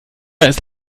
ist